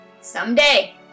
Someday